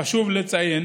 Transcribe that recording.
חשוב לציין